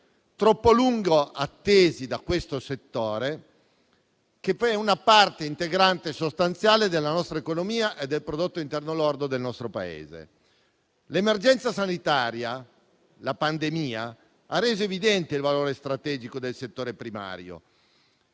troppo lungo attesi da questo settore, che è una parte integrante sostanziale della nostra economia e del prodotto interno lordo del nostro Paese. L'emergenza sanitaria, la pandemia, ha reso evidente il valore strategico del settore primario,